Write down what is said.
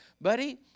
buddy